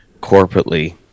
corporately